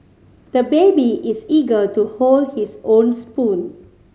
the baby is eager to hold his own spoon